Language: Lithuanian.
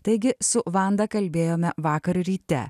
taigi su vanda kalbėjome vakar ryte